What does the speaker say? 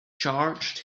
charged